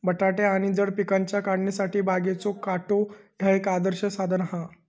बटाटे आणि जड पिकांच्या काढणीसाठी बागेचो काटो ह्या एक आदर्श साधन हा